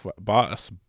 boss